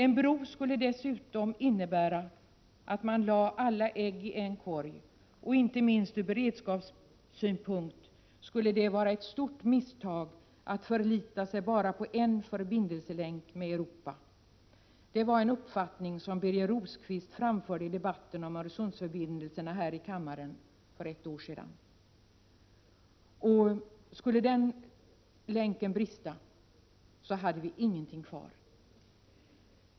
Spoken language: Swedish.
En bro skulle dessutom innebära att man lade alla ägg i en korg, och inte minst ur beredskapssynpunkt skulle det vara ett stort misstag att förlita sig bara på en förbindelselänk med Europa. Det var en uppfattning som Birger Rosqvist framförde i debatten om Öresundsförbindelserna här i kammaren för ett år sedan. Skulle den länken brista, så hade vi ingenting kvar.